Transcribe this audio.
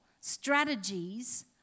strategies